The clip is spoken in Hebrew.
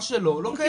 מה שלא, לא.